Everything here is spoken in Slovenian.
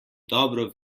dobro